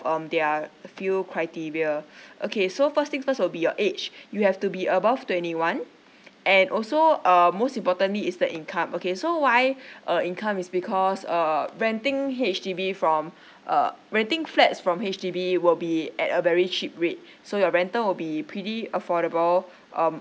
on their a few criteria okay so first thing first will be your age you have to be above twenty one and also err most importantly is the income okay so why uh income it's because err renting H_D_B from uh renting flats from H_D_B will be at a very cheap rate so your rental will be pretty affordable um